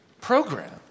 program